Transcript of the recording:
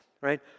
right